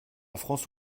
france